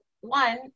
one